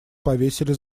повесили